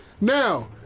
Now